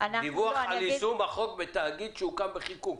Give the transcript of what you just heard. דיווח על יישום החוק בתאגיד שהוקם בחיקוק.